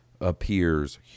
appears